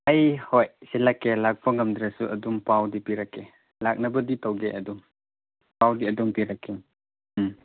ꯑꯩ ꯍꯣꯏ ꯁꯤꯜꯂꯛꯀꯦ ꯂꯥꯛꯄ ꯉꯝꯗ꯭ꯔꯁꯨ ꯑꯗꯨꯝ ꯄꯥꯎꯗꯤ ꯄꯤꯔꯛꯀꯦ ꯂꯥꯛꯅꯕꯗꯤ ꯇꯧꯒꯦ ꯑꯗꯨꯝ ꯄꯥꯎꯗꯤ ꯑꯗꯨꯝ ꯄꯤꯔꯛꯀꯦ ꯎꯝ